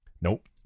Nope